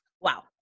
Wow